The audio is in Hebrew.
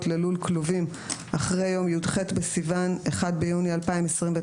ללול כלובים אחרי יום י"ח בסיון התשפ"ט (1 ביוני 2029),